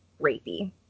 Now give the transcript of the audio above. rapey